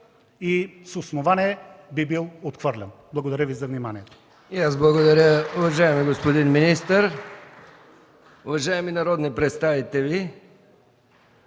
и с основание би бил отхвърлен. Благодаря Ви за вниманието.